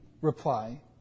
reply